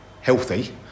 healthy